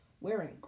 wearing